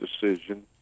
decision